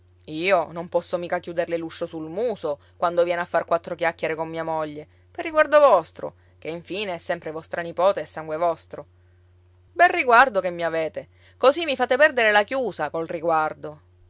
io non posso mica chiuderle l'uscio sul muso quando viene a far quattro chiacchiere con mia moglie per riguardo vostro che infine è sempre vostra nipote e sangue vostro bel riguardo che mi avete così mi fate perdere la chiusa col riguardo